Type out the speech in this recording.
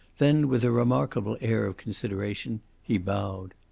then, with a remarkable air of consideration, he bowed.